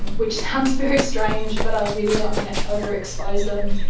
and which sounds very strange, but i really don't want to overexpose them.